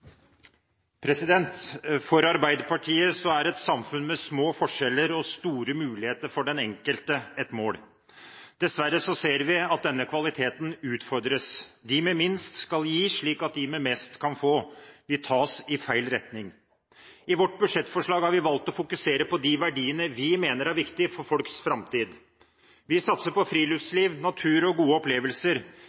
at denne kvaliteten utfordres. De med minst skal gi, slik at de med mest kan få. Det tas i feil retning. I vårt budsjettforslag har vi valgt å fokusere på de verdiene vi mener er viktige for folks framtid. Vi satser på friluftsliv, natur og gode opplevelser.